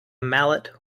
mallet